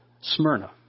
Smyrna